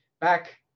back